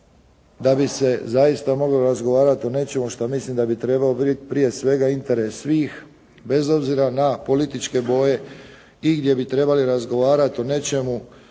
da bi se zaista moglo razgovarati o nečemu što mislim da bi trebao biti prije svega interes svih bez obzira na političke boje i gdje bi trebali razgovarati o nečemu gdje